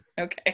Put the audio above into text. Okay